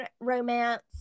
romance